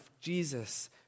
Jesus